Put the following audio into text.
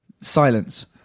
Silence